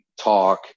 talk